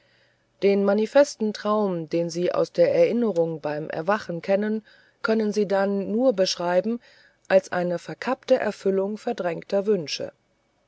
den manifesten traum den sie aus der erinnerung beim erwachen kennen können sie dann nur beschreiben als eine verkappte erfüllung verdrängter wünsche